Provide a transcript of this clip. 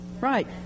Right